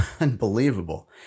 Unbelievable